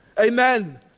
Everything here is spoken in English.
Amen